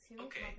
Okay